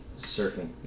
surfing